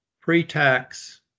pre-tax